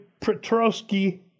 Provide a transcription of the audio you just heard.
Petrovsky